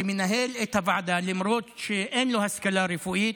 שמנהל את הוועדה למרות שאין לו השכלה רפואית,